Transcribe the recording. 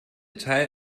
teil